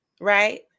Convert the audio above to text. Right